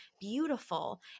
beautiful